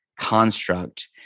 construct